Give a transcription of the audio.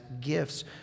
gifts